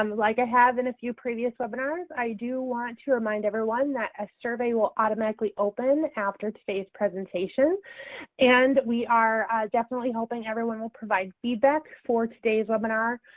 um like i ah have in a few previous webinars, i do want to remind everyone that a survey will automatically open after today's presentation and we are definitely hoping everyone will provide feedback for today's webinar.